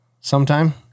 sometime